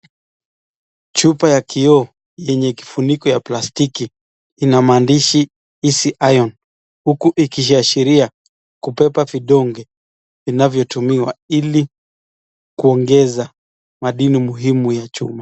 Chupa ya kioo yenye kifuniko ya plastiki ina maandishi easy iron huku ikiashiria kubeba vidonge vinavyotumiwa ili kuongeza madini muhimu ya chuma.